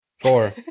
Four